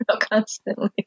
Constantly